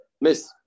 Miss